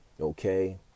Okay